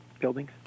buildings